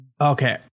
Okay